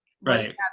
Right